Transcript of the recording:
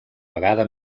vegada